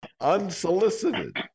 Unsolicited